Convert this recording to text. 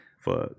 Fuck